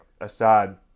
Assad